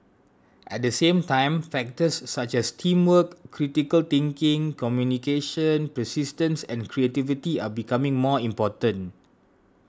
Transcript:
at the same time factors such as teamwork critical thinking communication persistence and creativity are becoming more important